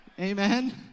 Amen